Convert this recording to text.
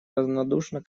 равнодушно